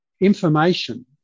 information